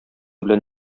белән